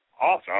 awesome